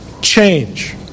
Change